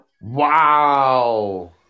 Wow